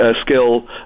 skill